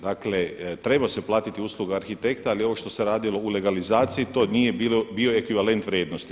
Dakle, treba se platiti usluga arhitekta, ali ovo što se radilo u legalizaciji, to nije bio ekvivalent vrijednosti.